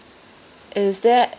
is there